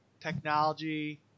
technology